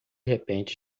repente